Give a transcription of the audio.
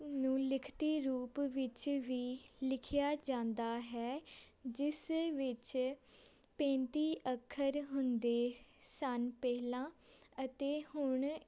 ਨੂੰ ਲਿਖਤੀ ਰੂਪ ਵਿੱਚ ਵੀ ਲਿਖਿਆ ਜਾਂਦਾ ਹੈ ਜਿਸ ਵਿੱਚ ਪੈਂਤੀ ਅੱਖਰ ਹੁੰਦੇ ਸਨ ਪਹਿਲਾਂ ਅਤੇ ਹੁਣ